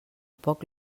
poc